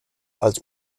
als